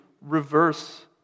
reverse